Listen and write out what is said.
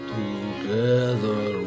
together